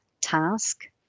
task